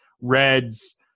Reds